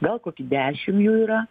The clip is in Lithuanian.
gal kokį dešim jų yra